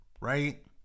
right